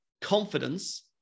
Confidence